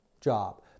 job